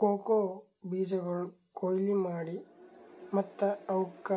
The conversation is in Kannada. ಕೋಕೋ ಬೀಜಗೊಳ್ ಕೊಯ್ಲಿ ಮಾಡಿ ಮತ್ತ ಅವುಕ್